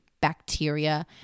bacteria